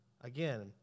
Again